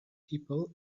people